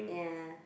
yeah